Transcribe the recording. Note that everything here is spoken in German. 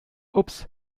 ups